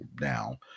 now